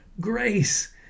grace